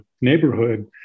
neighborhood